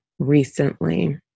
recently